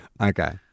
Okay